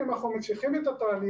אם אנחנו ממשיכים את התהליך,